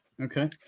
Okay